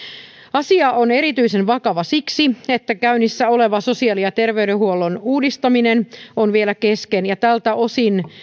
asia on erityisen vakava siksi että käynnissä oleva sosiaali ja terveydenhuollon uudistaminen on vielä kesken ja tältä osin